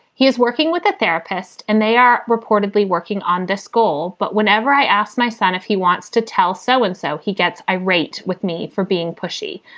he is working with a therapist and they are reportedly working on this goal. but whenever i asked my son if he wants to tell someone so and so he gets irate with me for being pushy.